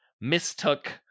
mistook